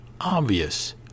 obvious